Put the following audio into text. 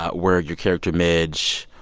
where your character, midge,